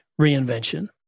reinvention